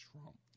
Trump